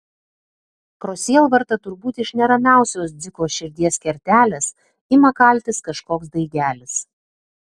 pro sielvartą turbūt iš neramiausios dziko širdies kertelės ima kaltis kažkoks daigelis